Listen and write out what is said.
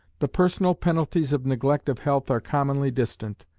the personal penalties of neglect of health are commonly distant,